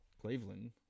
Cleveland